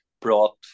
brought